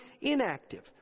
inactive